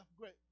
great